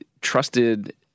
trusted